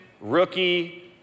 rookie